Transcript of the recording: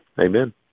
Amen